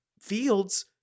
Fields